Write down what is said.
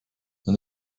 and